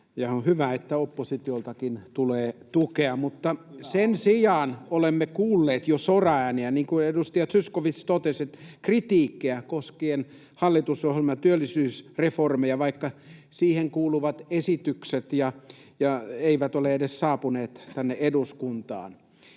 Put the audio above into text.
on hyvä, että oppositioltakin tulee tukea. Mutta sen sijaan olemme kuulleet jo soraääniä — niin kuin edustaja Zyskowicz totesi — kritiikkiä, koskien hallitusohjelman työllisyysreformeja, vaikka siihen kuuluvat esitykset eivät ole edes saapuneet tänne eduskuntaan.